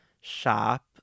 shop